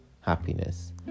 happiness